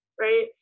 right